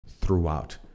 throughout